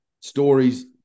Stories